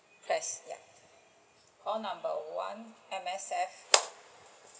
call number one M_S_F